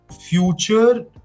future